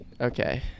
Okay